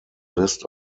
list